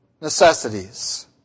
necessities